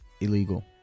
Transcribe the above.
illegal